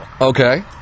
Okay